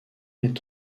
est